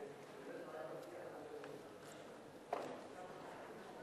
אני אפעיל את ההצבעה.